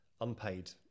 unpaid